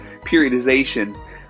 periodization